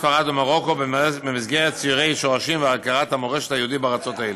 ספרד ומרוקו במסגרת סיורי שורשים והכרת המורשת היהודית בארצות האלה.